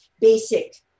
basic